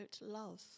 love